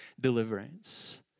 deliverance